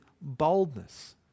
boldness